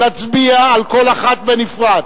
נצביע על כל אחת בנפרד.